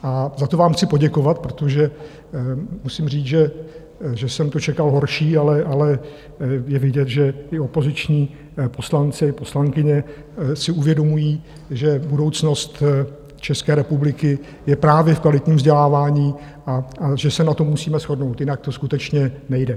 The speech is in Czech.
Za to vám chci poděkovat, protože musím říct, že jsem to čekal horší, ale je vidět, že i opoziční poslanci, poslankyně si uvědomují, že budoucnost České republiky je právě v kvalitním vzdělávání a že se na tom musíme shodnout, jinak to skutečně nejde.